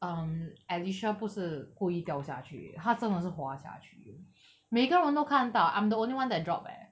um alicia 不是故意掉下去她真的是滑下去的每一个人都看到 I'm the only one that drop eh